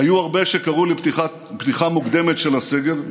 היו הרבה שקראו לפתיחה מוקדמת של הסגר,